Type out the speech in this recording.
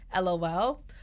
LOL